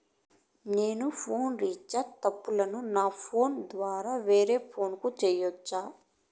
నేను phone recharge తప్పులను నా ఫోను ద్వారా వేరే ఫోను కు సేయొచ్చా?